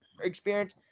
experience